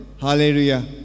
Hallelujah